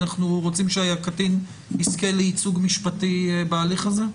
אנחנו רוצים שהקטין יזכה לייצוג משפטי בהליך הזה?